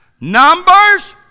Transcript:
Numbers